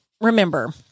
remember